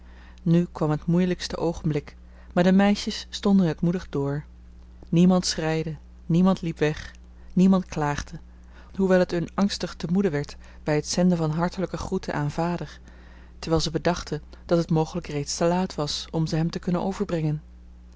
nu kwam het moeilijkste oogenblik maar de meisjes stonden het moedig door niemand schreide niemand liep weg niemand klaagde hoewel t hun angstig te moede werd bij het zenden van hartelijke groeten aan vader terwijl ze bedachten dat het mogelijk reeds te laat was om ze hem te kunnen overbrengen